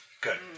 Good